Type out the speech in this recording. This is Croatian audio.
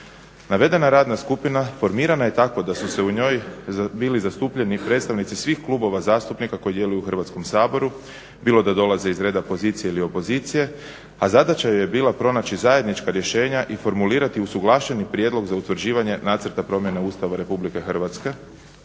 navedena radna skupina formirana je tako da su se u njoj bili zastupljeni predstavnici svih klubova zastupnika koji djeluju u Hrvatskom saboru bilo da dolaze iz reda pozicije ili opozicije, a zadaća je bila pronaći zajednička rješenja i formulirati usuglašeni prijedlog za utvrđivanje nacrta promjene Ustava RH uzimajući